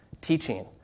teaching